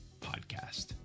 podcast